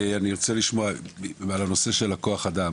אני ארצה לשמוע על הנושא של כוח אדם.